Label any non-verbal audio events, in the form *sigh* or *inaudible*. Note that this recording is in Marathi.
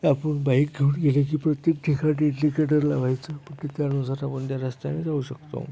आपण बाईक घेऊन गेल्याने प्रत्येक ठिकाणी इंडिकेटर लावायचं *unintelligible* रस्त्याने जाऊ शकतो